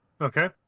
Okay